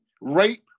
rape